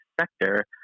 sector